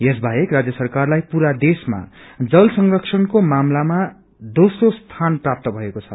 य बाहेक राज्य सरकारलाई पूरा देशमा जल संरक्षणको मामलामा दोम्रो स्थान प्राप्त भएको छ